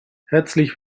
herzlich